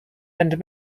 and